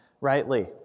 rightly